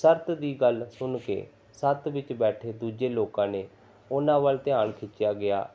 ਸ਼ਰਤ ਦੀ ਗੱਲ ਸੁਣ ਕੇ ਸੱਥ ਵਿੱਚ ਬੈਠੇ ਦੂਜੇ ਲੋਕਾਂ ਨੇ ਉਹਨਾਂ ਵੱਲ ਧਿਆਨ ਖਿੱਚਿਆ ਗਿਆ